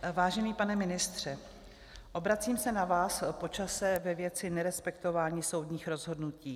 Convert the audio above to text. Vážený pane ministře, obracím se na vás po čase ve věci nerespektování soudních rozhodnutí.